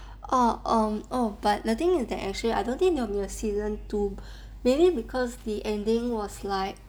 orh um oh but the thing is that actually I don't think there will be a season two maybe because the ending was like